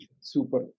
Super